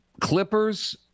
Clippers –